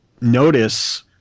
notice